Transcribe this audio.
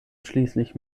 schließlich